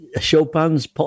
Chopin's